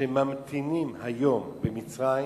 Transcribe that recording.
שממתינים היום במצרים